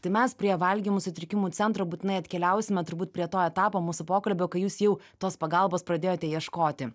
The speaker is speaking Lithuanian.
tai mes prie valgymo sutrikimų centro būtinai atkeliausime turbūt prie to etapo mūsų pokalbio kai jūs jau tos pagalbos pradėjote ieškoti